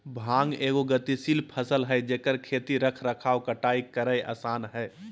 भांग एगो गतिशील फसल हइ जेकर खेती रख रखाव कटाई करेय आसन हइ